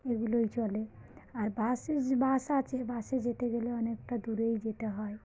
এগুলোই চলে আর বাস বাস আছে বাসে যেতে গেলে অনেকটা দূরেই যেতে হয়